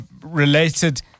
related